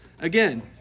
Again